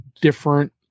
different